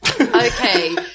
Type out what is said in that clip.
Okay